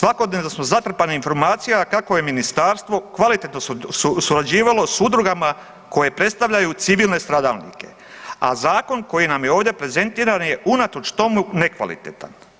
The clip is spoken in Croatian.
Svakodnevno smo zatrpani informacijama kako je ministarstvo kvalitetno surađivalo s udrugama koje predstavljaju civilne stradalnike, a zakon koji nam je ovdje prezentiran je unatoč tomu nekvalitetan.